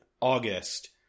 August